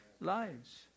lives